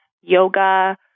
yoga